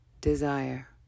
desire